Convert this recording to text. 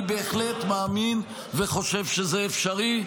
אני בהחלט מאמין וחושב שזה אפשרי.